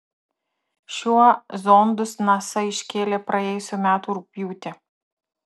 šiuo zondus nasa iškėlė praėjusių metų rugpjūtį